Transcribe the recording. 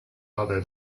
other